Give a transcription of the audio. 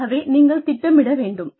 ஆகவே நீங்கள் திட்டமிட வேண்டும்